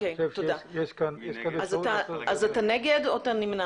אתה נגד או אתה נמנע?